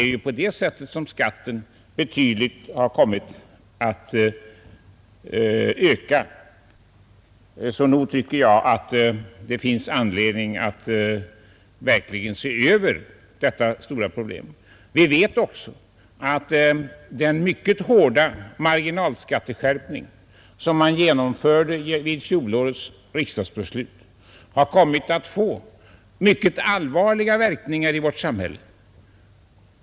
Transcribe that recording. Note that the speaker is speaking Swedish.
På det sättet har skatten kommit att öka betydligt. Jag tycker därför att det finns anledning att verkligen se över detta stora problem. Vi vet också att den mycket hårda marginalskatteskärpning som man genomförde i och med fjolårets riksdagsbeslut har kommit att få mycket allvarliga verkningar i vårt samhälle.